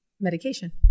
medication